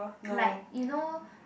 like you know